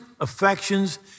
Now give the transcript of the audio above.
affections